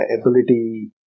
Ability